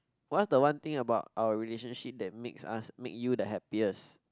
what's the one thing about our relationship that make us make you the happiest